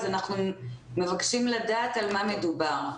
אנחנו מבקשים לדעת על מה מדובר.